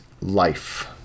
life